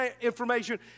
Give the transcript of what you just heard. information